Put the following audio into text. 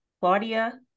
Claudia